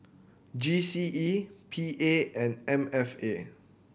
G C E P A and M F A